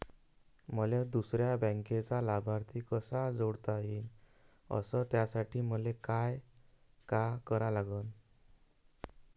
मले दुसऱ्या बँकेचा लाभार्थी कसा जोडता येईन, अस त्यासाठी मले का करा लागन?